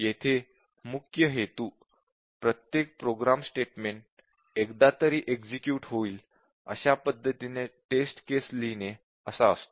येथे मुख्य हेतू प्रत्येक प्रोग्राम स्टेटमेंट एकदा तरी एक्झिक्युट होईल अशा पद्धतीने टेस्ट केसेस लिहिणे असा असतो